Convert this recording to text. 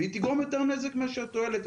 ותגרום יותר נזק מאשר תועלת.